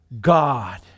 God